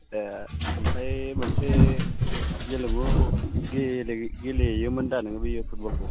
ए ओमफ्राय मोनसे गेलेमु गेलेयोमोनदा नोङो बैयो फुटबलखौ